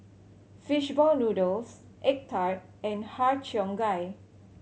fish ball noodles egg tart and Har Cheong Gai